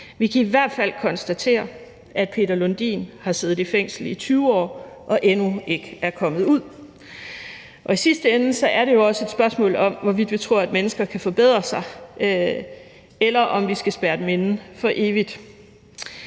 Vi kan i hvert fald konstatere, at Peter Lundin har siddet i fængsel i 20 år og endnu ikke er kommet ud. I sidste ende er det jo også et spørgsmål om, hvorvidt vi tror, at mennesker kan forbedre sig, eller om vi skal spærre dem inde for evigt.